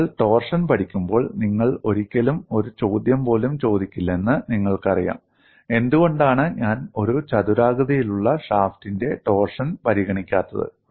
നിങ്ങൾ ടോർഷൻ പഠിക്കുമ്പോൾ നിങ്ങൾ ഒരിക്കലും ഒരു ചോദ്യം പോലും ചോദിക്കില്ലെന്ന് നിങ്ങൾക്കറിയാം എന്തുകൊണ്ടാണ് ഞാൻ ഒരു ചതുരാകൃതിയിലുള്ള ഷാഫ്റ്റിന്റെ ടോർഷൻ പരിഗണിക്കാത്തത്